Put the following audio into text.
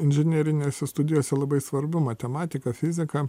inžinerinėse studijose labai svarbu matematika fizika